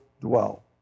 dwell